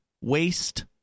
waste